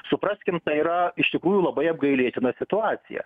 supraskim tai yra iš tikrųjų labai apgailėtina situacija